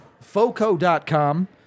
foco.com